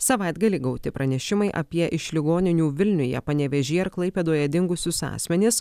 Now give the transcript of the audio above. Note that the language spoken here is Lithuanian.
savaitgalį gauti pranešimai apie iš ligoninių vilniuje panevėžyje ir klaipėdoje dingusius asmenis